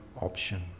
option